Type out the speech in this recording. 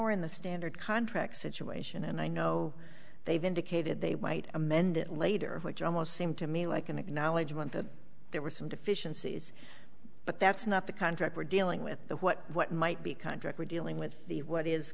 we're in the standard contract situation and i know they've indicated they white amend it later which almost seemed to me like an acknowledgement that there were some deficiencies but that's not the contract we're dealing with the what what might be contract we're dealing with the what is